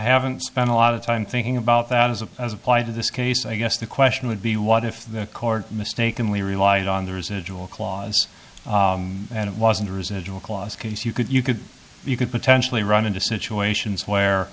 haven't spent a lot of time thinking about that as a plight of this case i guess the question would be what if the court mistakenly relied on the residual clause and it wasn't a residual clause case you could you could you could potentially run into situations where